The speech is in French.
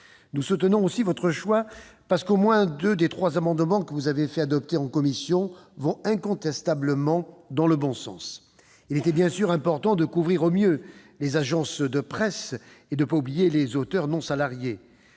Nous soutenons aussi votre choix parce qu'au moins deux des trois amendements que vous avez fait adopter en commission vont incontestablement dans le bon sens. Il était bien sûr important de couvrir au mieux les agences de presse et de ne pas oublier les auteurs non salariés.